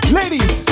ladies